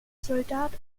soldat